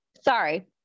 sorry